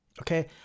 Okay